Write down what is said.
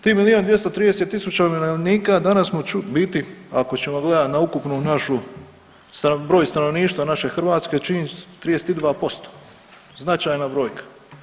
Tih milijun i 230 tisuća umirovljenika danas smo .../nerazumljivo/... u biti, ako ćemo gledati na ukupnu našu broj stanovništva naše Hrvatske čini 32%, značajna brojka.